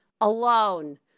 alone